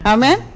Amen